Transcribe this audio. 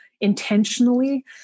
intentionally